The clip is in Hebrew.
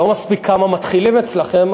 לא מספיק כמה מתחילים אצלכם,